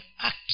act